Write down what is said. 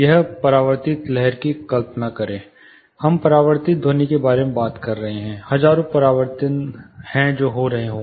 एक परावर्तनित लहर की कल्पना करें हम परावर्तित ध्वनि के बारे में बात कर रहे हैं हजारों परावर्तन हैं जो हो रहे हैं